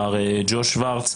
מר ג'וש שוורץ,